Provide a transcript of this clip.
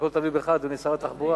הכול תלוי בך, אדוני שר התחבורה,